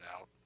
out